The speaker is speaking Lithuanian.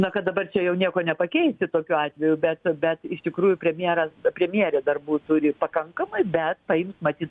na kad dabar čia jau nieko nepakeisi tokiu atveju bet bet iš tikrųjų premjeras premjerė darbų turi pakankamai bet paims matyt